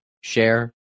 share